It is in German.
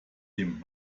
dem